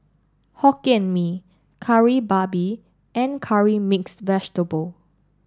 Hokkien Mee Kari Babi and Curry Mixed Vegetable